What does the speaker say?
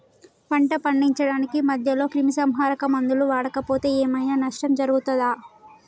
పంట పండించడానికి మధ్యలో క్రిమిసంహరక మందులు వాడకపోతే ఏం ఐనా నష్టం జరుగుతదా?